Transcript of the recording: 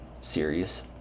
series